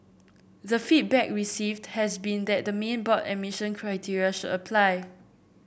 the feedback received has been that the main board admission criteria should apply